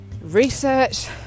research